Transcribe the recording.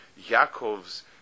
Yaakov's